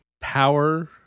power